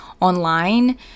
online